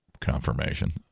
confirmation